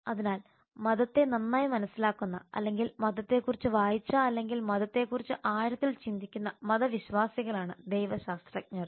അതിനാൽ മതത്തെ നന്നായി മനസ്സിലാക്കുന്ന അല്ലെങ്കിൽ മതത്തെക്കുറിച്ച് വായിച്ച അല്ലെങ്കിൽ മതത്തെക്കുറിച്ച് ആഴത്തിൽ ചിന്തിക്കുന്ന മതവിശ്വാസികളാണ് ദൈവശാസ്ത്രജ്ഞർ